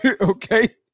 okay